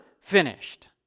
finished